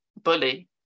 bully